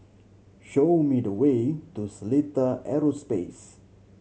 show me the way to Seletar Aerospace